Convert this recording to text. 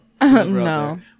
No